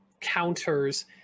counters